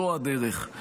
זו הדרך.